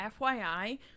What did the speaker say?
FYI